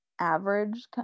average